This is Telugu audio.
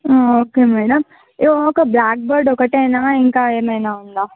ఓకే మేడం ఒక బ్లాక్ బోర్డు ఒకటా ఇంకా ఏమైనా ఉందా